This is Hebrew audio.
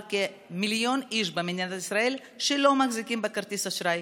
בכמיליון איש במדינת ישראל שלא מחזיקים בכרטיס אשראי.